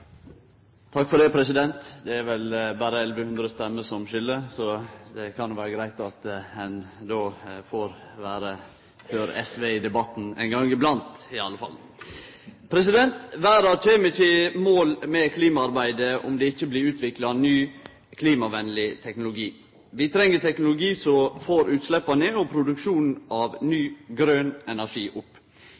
Takk for det, president. Det er vel berre 1 100 stemmer som skil, så det kan jo vere greitt at ein får vere før SV i debatten – ein gong iblant, iallfall. Verda kjem ikkje i mål med klimaarbeidet om det ikkje blir utvikla ny, klimavennleg teknologi. Vi treng teknologi som får utsleppa ned, og produksjonen av ny, grøn energi opp.